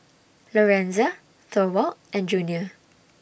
Lorenza Thorwald and Junior